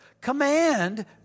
command